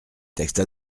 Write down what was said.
texte